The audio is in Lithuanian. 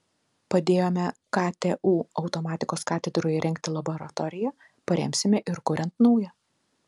padėjome ktu automatikos katedroje įrengti laboratoriją paremsime ir kuriant naują